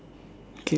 okay